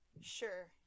sure